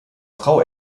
frau